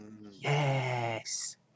Yes